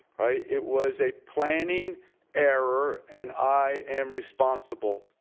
it was a planning error and i am responsible.